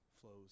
flows